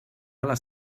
les